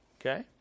Okay